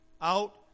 out